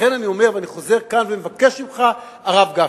לכן אני אומר וחוזר כאן ומבקש ממך, הרב גפני,